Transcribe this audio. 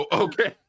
okay